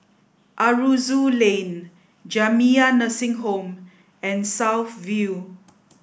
Aroozoo Lane Jamiyah Nursing Home and South View